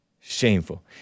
Shameful